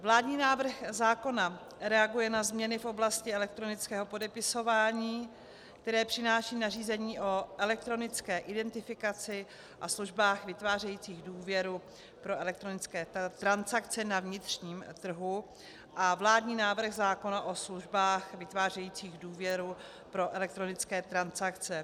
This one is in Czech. Vládní návrh zákona reaguje na změny v oblasti elektronického podepisování, které přináší nařízení o elektronické identifikaci a službách vytvářejících důvěru pro elektronické transakce na vnitřním trhu a vládní návrh zákona o službách vytvářejících důvěru pro elektronické transakce.